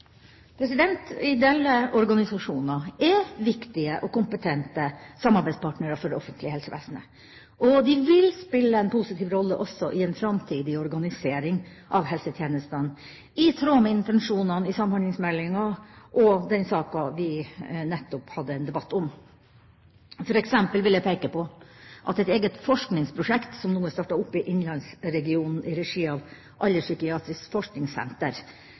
organisasjoner er viktige og kompetente samarbeidspartnere for det offentlige helsevesenet, og de vil spille en positiv rolle også i en framtidig organisering av helsetjenestene, i tråd med intensjonene i samhandlingsmeldinga og den saken vi nettopp hadde en debatt om. For eksempel vil jeg peke på et eget forskningsprosjekt som nå er startet opp i innlandsregionen i regi av Alderspsykiatrisk forskningssenter.